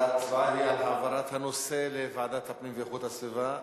ההצבעה היא על העברת הנושא לוועדת הפנים ואיכות הסביבה,